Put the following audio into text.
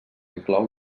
inclou